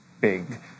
big